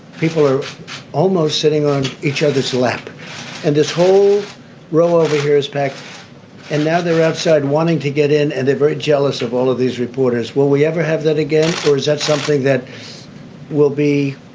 people are almost sitting on each other's lap and this whole row over here is packed and now they're outside wanting to get in. and they're very jealous of all of these reporters. will we ever have that again? or is that something that will be,